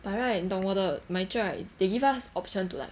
by right 你懂我的 my cher right they give us option to like